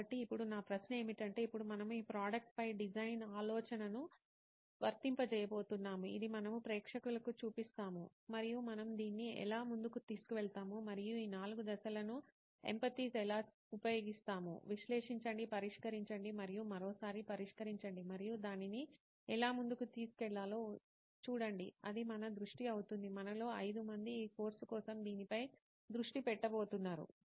కాబట్టి ఇప్పుడు నా ప్రశ్న ఏమిటంటే ఇప్పుడు మనము ఈ ప్రోడక్ట్ పై డిజైన్ ఆలోచనను వర్తింపజేయబోతున్నాం ఇది మనము ప్రేక్షకులకు చూపిస్తాము మరియు మనం దీన్ని ఎలా ముందుకు తీసుకువెళతాము మరియు ఈ నాలుగు దశలను ఎంపతిజ్ ఎలా ఉపయోగిస్తాము విశ్లేషించండి పరిష్కరించండి మరియు మరోసారి పరీక్షించండి మరియు దానిని ఎలా ముందుకు తీసుకెళ్లాలో చూడండి అది మన దృష్టి అవుతుంది మనలో 5 మంది ఈ కోర్సు కోసం దీనిపై దృష్టి పెట్టబోతున్నారు